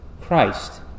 Christ